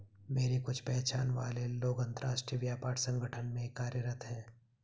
मेरे कुछ पहचान वाले लोग अंतर्राष्ट्रीय व्यापार संगठन में कार्यरत है